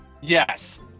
Yes